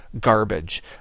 garbage